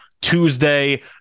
Tuesday